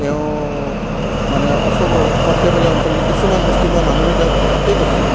তেওঁ মানে ওচৰৰ সৰ্থেবাৰী অঞ্চলৰ কিছুমান মুছলিম মানুহে তেওঁক সেই কৰিছিল